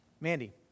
Mandy